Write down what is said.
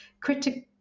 critical